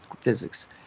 physics